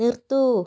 നിർത്തൂ